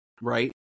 right